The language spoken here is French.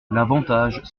l’avantage